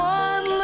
one